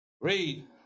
Read